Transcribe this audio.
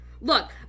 Look